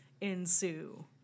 ensue